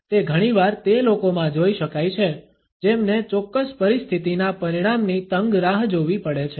તે ઘણીવાર તે લોકોમાં જોઇ શકાય છે જેમને ચોક્કસ પરિસ્થિતિના પરિણામની તંગ રાહ જોવી પડે છે